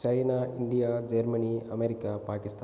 China India Germany America Pakistan